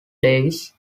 davis